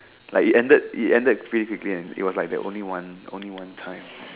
like it ended it ended it was like the only one only one time